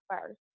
first